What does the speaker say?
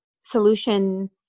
solution